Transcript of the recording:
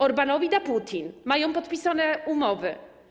Orbánowi da Putin, mają podpisane umowy.